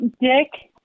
Dick